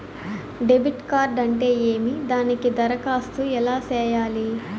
debit card అంటే ఏమి దానికి దరఖాస్తు ఎలా సేయాలి